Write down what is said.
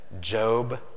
Job